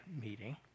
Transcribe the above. meeting